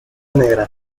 negra